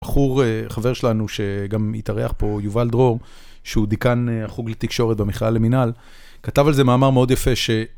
בחור, חבר שלנו, שגם התארח פה, יובל דרור, שהוא דיקן החוג לתקשורת במכללה למינהל, כתב על זה מאמר מאוד יפה ש...